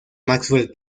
maxwell